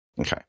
Okay